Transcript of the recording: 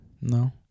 No